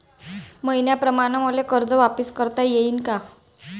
मईन्याप्रमाणं मले कर्ज वापिस करता येईन का?